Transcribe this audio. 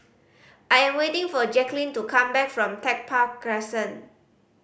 I am waiting for Jacquelyn to come back from Tech Park Crescent